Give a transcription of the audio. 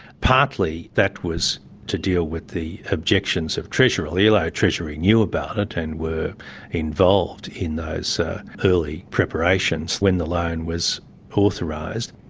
partly that was to deal with the objections of treasury, although like treasury knew about it and were involved in those early preparations when the loan was authorised.